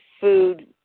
food